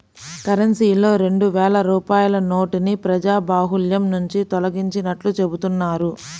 కరెన్సీలో రెండు వేల రూపాయల నోటుని ప్రజాబాహుల్యం నుంచి తొలగించినట్లు చెబుతున్నారు